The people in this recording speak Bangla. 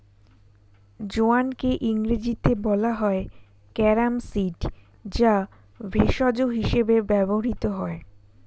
জোয়ানকে ইংরেজিতে বলা হয় ক্যারাম সিড যা ভেষজ হিসেবে ব্যবহৃত হয়